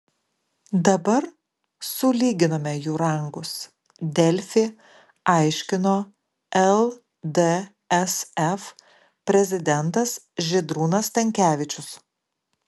dabar sulyginome jų rangus delfi aiškino ldsf prezidentas žydrūnas stankevičius